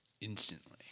Instantly